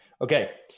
Okay